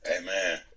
Amen